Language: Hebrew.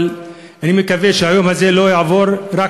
אבל אני מקווה שהיום הזה לא יעבור רק